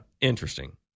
Interesting